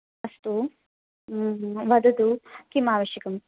अस्तु ह्म् ह वदतु किम् आवश्यकम्